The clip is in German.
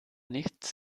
nichts